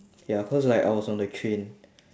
ya cause like I was on the train